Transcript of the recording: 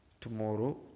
Tomorrow